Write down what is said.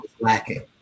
lacking